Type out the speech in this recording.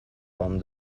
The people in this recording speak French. forme